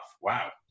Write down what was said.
wow